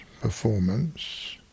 performance